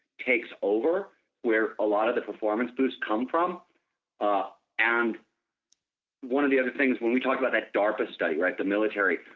takes over where a lot of the performance boosts come from ah and one of the other things, when we talk about the darpa study, right, the military,